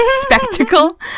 spectacle